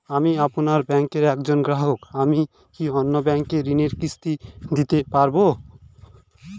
আমি আপনার ব্যাঙ্কের একজন গ্রাহক আমি কি অন্য ব্যাঙ্কে ঋণের কিস্তি দিতে পারবো?